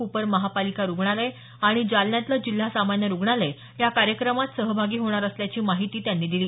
Cooper महापालिका रुग्णालय आणि जालन्यातलं जिल्हा सामान्य रुग्णालया या कार्यक्रमात सहभागी होणार असल्याची माहिती त्यांनी दिली